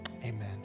amen